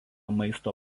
maisto